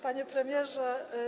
Panie Premierze!